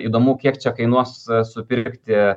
įdomu kiek čia kainuos supirkti